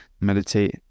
meditate